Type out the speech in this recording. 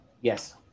yes